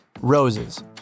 roses